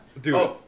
Dude